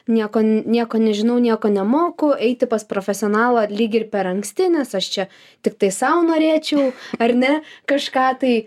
nieko nieko nežinau nieko nemoku eiti pas profesionalą lyg ir per anksti nes aš čia tiktai sau norėčiau ar ne kažką tai